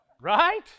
Right